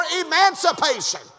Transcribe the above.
emancipation